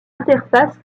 interface